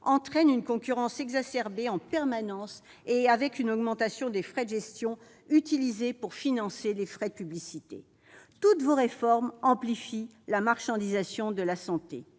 entraîne une concurrence exacerbée en permanence et une augmentation des frais de gestion pour financer les frais de publicité. Toutes vos réformes amplifient la marchandisation de la santé,